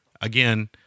again